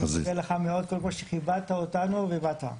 אני מודה לך מאוד, קודם כל, שכיבדת אותנו ובאת.